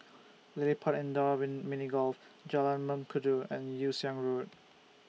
LilliPutt Indoor Mini Golf Jalan Mengkudu and Yew Siang Road